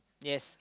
yes